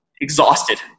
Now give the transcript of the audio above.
exhausted